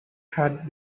had